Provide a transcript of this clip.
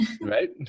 Right